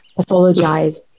pathologized